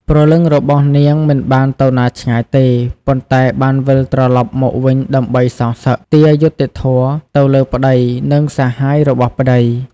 ព្រលឹងរបស់នាងមិនបានទៅណាឆ្ងាយទេ ប៉ុន្តែបានវិលត្រឡប់មកវិញដើម្បី សងសឹក ទារយុត្តិធម៌ ទៅលើប្ដី និងសាហាយរបស់ប្តី។